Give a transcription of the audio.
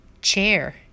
Chair